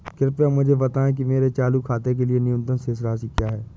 कृपया मुझे बताएं कि मेरे चालू खाते के लिए न्यूनतम शेष राशि क्या है?